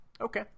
Okay